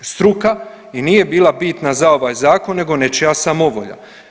Struka i nije bila bitna za ovaj zakon nego nečija samovolja.